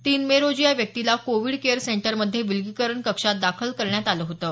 तीन मे रोजी या व्यक्तीला कोविड केअर सेंटर मध्ये विलीगीकरण कक्षात दाखल करण्यात आले होतं